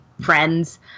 friends